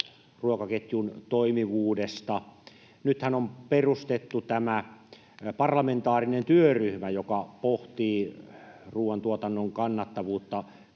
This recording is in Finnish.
ruokaketjun toimivuudesta. Nythän on perustettu tämä parlamentaarinen työryhmä, joka pohtii ruoantuotannon kannattavuutta